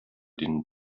denen